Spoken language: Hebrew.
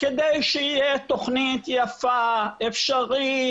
כדי שתהיה תוכנית יפה, אפשרית,